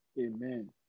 Amen